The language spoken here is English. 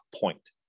point